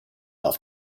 auf